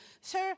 sir